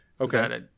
Okay